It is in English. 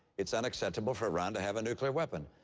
it's unacceptable for iran to have a nuclear weapon.